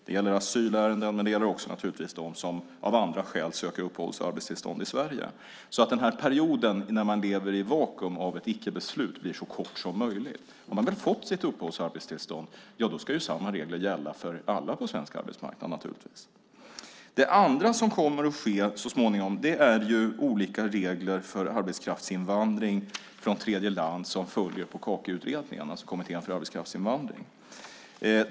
Det gäller asylärenden, men det gäller naturligtvis också de som av andra skäl söker uppehålls och arbetstillstånd i Sverige. Har man väl fått sitt uppehålls och arbetstillstånd ska samma regler naturligtvis gälla för alla på svensk arbetsmarknad. Det andra spåret handlar om att det så småningom kommer att bli olika regler för arbetskraftsinvandring från tredjeland som följer på Kakiutredningen, alltså Kommittén för arbetskraftsinvandring.